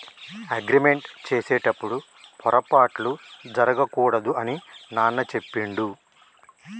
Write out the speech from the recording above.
agreement చేసేటప్పుడు పొరపాట్లు జరగకూడదు అని నాన్న చెప్పిండు